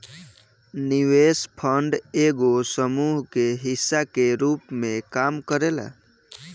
निवेश फंड एगो समूह के हिस्सा के रूप में काम करेला